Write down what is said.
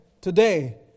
today